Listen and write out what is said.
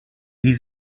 wie